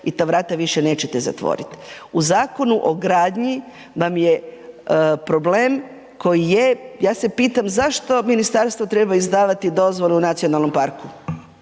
i ta vrata više nećete zatvoriti. U Zakonu o gradnji vam je problem koji je. Ja se pitam, zašto Ministarstvo treba izdavati dozvolu nacionalnom parku?